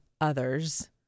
others